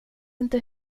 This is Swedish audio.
inte